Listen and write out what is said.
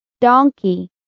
Donkey